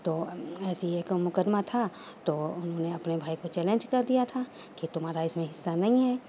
تو ایسے ایک مقدمہ تھا تو انہوں نے اپنے بھائی کو چیلنج کر دیا تھا کہ تمہارا اس میں حصہ نہیں ہے